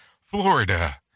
florida